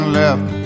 left